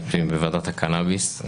הייתי בוועדה הקנאביס,